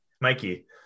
Mikey